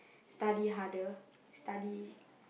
study harder